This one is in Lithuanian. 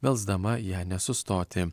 melsdama ją nesustoti